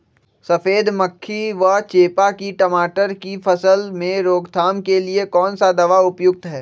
सफेद मक्खी व चेपा की टमाटर की फसल में रोकथाम के लिए कौन सा दवा उपयुक्त है?